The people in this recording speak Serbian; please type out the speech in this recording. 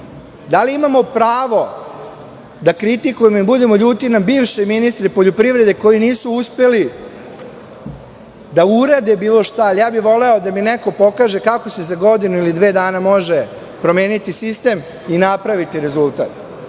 Da li imamo pravo da kritikujemo i budemo ljuti na bivše ministre poljoprivrede koji nisu uspeli da urade bilo šta? Ja bih voleo da mi neko pokaže kako se za godinu ili dve dana može promeniti sistem i napraviti rezultat? Trenutno